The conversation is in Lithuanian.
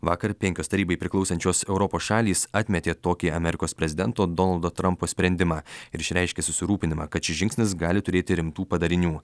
vakar penkios tarybai priklausančios europos šalys atmetė tokį amerikos prezidento donaldo trampo sprendimą ir išreiškė susirūpinimą kad šis žingsnis gali turėti rimtų padarinių